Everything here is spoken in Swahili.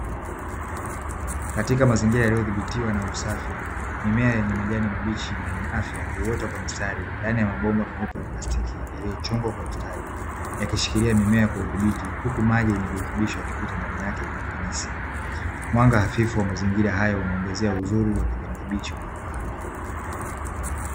Katika mazingira yaliyodhibitiwa na usafi, mimea yenye majani mabichi na yenye afya; huota kwa mstari ndani ya mabomba meupe ya plastiki yaliyochongwa kwa ustadi, yakishikilia mimea kwa udhibiti huku maji yenye virutubisho yakipita ndani yake kwa ufanisi. Mwanga hafifu wa mazingira hayo unaongezea uzuri wa kijani kibichi unaong'aa.